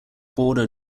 border